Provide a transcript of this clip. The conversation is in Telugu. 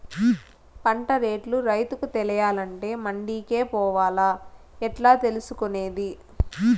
పంట రేట్లు రైతుకు తెలియాలంటే మండి కే పోవాలా? ఎట్లా తెలుసుకొనేది?